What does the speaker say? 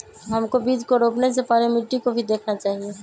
हमको बीज को रोपने से पहले मिट्टी को भी देखना चाहिए?